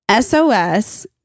SOS